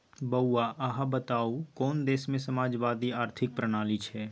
बौआ अहाँ बताउ कोन देशमे समाजवादी आर्थिक प्रणाली छै?